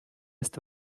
ist